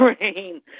rain